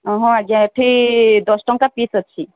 ହଁ ଆଜ୍ଞା ଏଠି ଦଶ ଟଙ୍କା ପିସ୍ ଅଛି